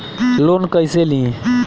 Loan कईसे ली?